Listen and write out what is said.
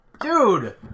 Dude